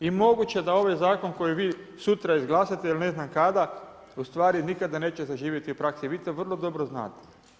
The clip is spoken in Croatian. I moguće je da ovaj zakon, koji vi sutra izglasate ili ne znam kada ustvari nikada nećete zaživjeti u praksi i vi to vrlo dobro znate.